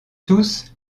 tous